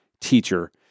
Teacher